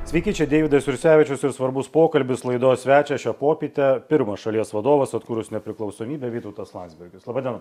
sveiki čia deividas jursevičius ir svarbus pokalbis laidos svečias šią popietę pirmas šalies vadovas atkūrus nepriklausomybę vytautas landsbergis laba diena